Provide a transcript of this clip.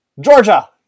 Georgia